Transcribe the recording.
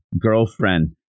girlfriend